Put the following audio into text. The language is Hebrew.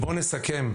בואו נסכם,